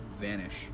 vanish